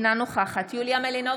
אינה נוכחת יוליה מלינובסקי,